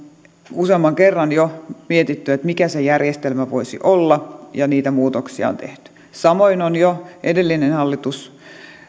useamman kerran jo mietitty mikä se järjestelmä voisi olla ja niitä muutoksia on tehty samoin on jo edellinen hallitus